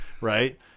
Right